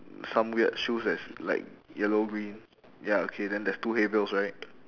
some weird shoes that's like yellow green ya okay then there is two hay bales right